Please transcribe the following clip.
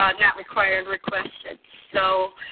not not required requested. so